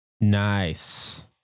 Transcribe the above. nice